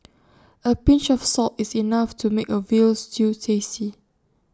A pinch of salt is enough to make A Veal Stew tasty